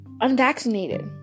unvaccinated